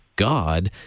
God